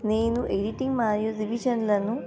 నేను ఎడిటింగ్ మరియు రివిజన్లను